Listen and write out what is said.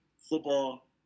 football